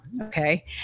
Okay